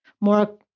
more